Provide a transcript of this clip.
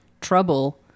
trouble